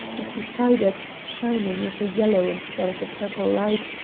and beside it, shining with a yellow instead of a purple light,